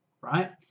Right